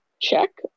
check